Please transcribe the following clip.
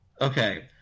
okay